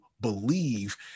believe